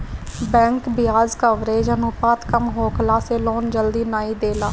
bank बियाज coverage अनुपात कम होखला से लोन जल्दी नाइ देला